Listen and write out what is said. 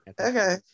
Okay